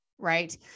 Right